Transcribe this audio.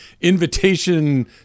invitation